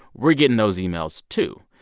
we're getting those emails, too.